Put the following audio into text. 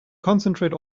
concentrate